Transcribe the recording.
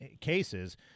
cases—